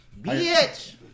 Bitch